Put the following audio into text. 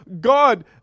God